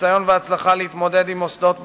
ניסיון והצלחה להתמודד עם מוסדות בקהילה,